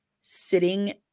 sitting